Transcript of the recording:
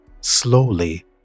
Slowly